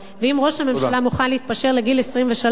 ואם ראש הממשלה מוכן להתפשר על גיל 23,